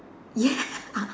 ya